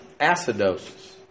acidosis